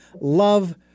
love